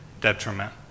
detriment